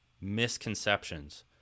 misconceptions